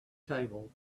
table